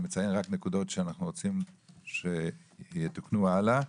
שאני מציין רק נקודות שאנחנו רוצים שיתוקנו הלאה.